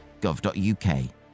gov.uk